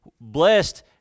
blessed